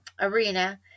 arena